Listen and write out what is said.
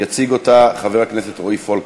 יציג אותה חבר הכנסת רועי פולקמן.